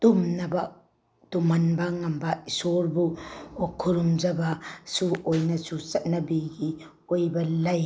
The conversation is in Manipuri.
ꯇꯨꯝꯅꯕ ꯇꯨꯝꯍꯟꯕ ꯉꯝꯕ ꯏꯁꯣꯔꯕꯨ ꯈꯨꯔꯨꯝꯖꯕꯁꯨ ꯑꯣꯏꯅꯁꯨ ꯆꯠꯅꯕꯤꯒꯤ ꯑꯣꯏꯕ ꯂꯩ